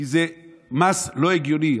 כי זה מס לא הגיוני.